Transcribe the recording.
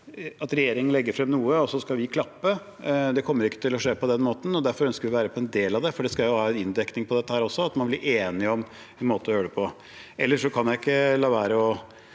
at regjeringen legger fram noe, og så skal vi klappe. Det kommer ikke til å skje på den måten. Derfor ønsker vi å være med på en del av det, for en skal jo ha en inndekning på dette også, og at man blir enige om en måte å gjøre det på. Ellers kan jeg ikke la være å